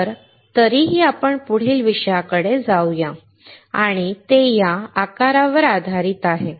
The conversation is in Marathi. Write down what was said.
तर तरीही आपण पुढील विषयाकडे जाऊ या आणि ते या आकारावर आधारित आहे